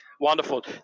Wonderful